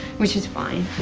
which is fine